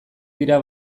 dira